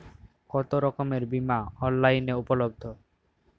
কতোরকমের বিমা অনলাইনে উপলব্ধ?